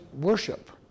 worship